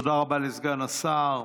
תודה רבה לסגן השר.